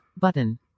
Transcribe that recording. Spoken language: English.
button